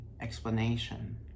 explanation